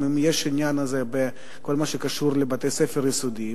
אם יש העניין הזה בכל מה שקשור לבתי-ספר היסודיים,